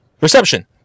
reception